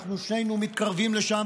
שנינו מתקרבים לשם,